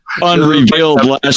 unrevealed